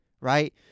Right